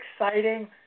exciting